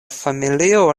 familio